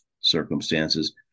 circumstances